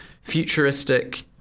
futuristic